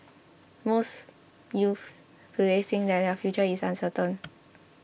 most youths today think that their future is uncertain